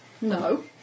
No